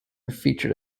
featured